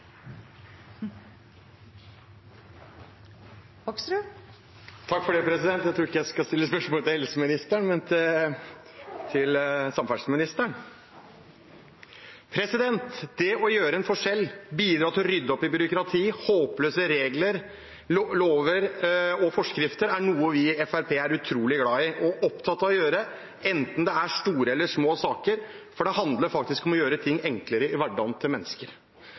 Jeg skal ikke stille spørsmål til helseministeren, men til samferdselsministeren. Det å gjøre en forskjell, bidra til å rydde opp i byråkrati, håpløse regler, lover og forskrifter, er noe vi i Fremskrittspartiet er utrolig glad i og opptatt av å gjøre, enten det er store eller små saker, for det handler faktisk om å gjøre ting enklere i hverdagen til mennesker